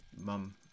Mum